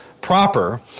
proper